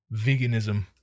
veganism